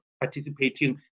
participating